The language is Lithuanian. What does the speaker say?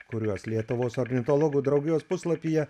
kuriuos lietuvos ornitologų draugijos puslapyje